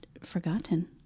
forgotten